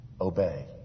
obey